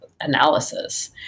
analysis